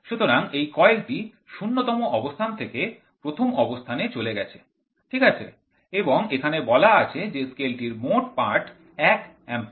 সুতরাং এই কয়েল টি ০ তম অবস্থান থেকে ১'ম অবস্থানে চলে গেছে ঠিক আছে এবং এখানে বলা আছে যে স্কেলটির মোট পাঠ ১ অ্যাম্পিয়ার